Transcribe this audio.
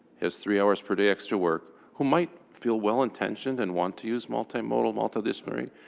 has three hours per day extra work, who might feel well-intentioned and want to use multimodal, multidisciplinary,